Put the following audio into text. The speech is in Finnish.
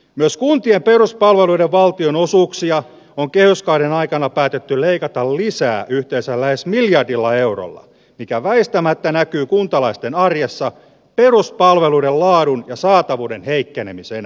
myös kuntien peruspalveluiden valtionosuuksia on kehyskauden aikana päätetty leikata lisää yhteensä lähes miljardilla eurolla mikä väistämättä näkyy kuntalaisten arjessa peruspalveluiden laadun ja saatavuuden heikkenemisenä